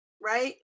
right